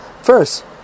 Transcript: first